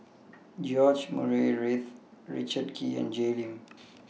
George Murray Reith Richard Kee and Jay Lim